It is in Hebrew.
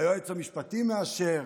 היועץ המשפטי מאשר,